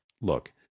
Look